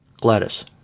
Gladys